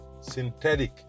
synthetic